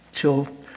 Till